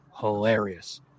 hilarious